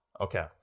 Okay